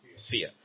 fear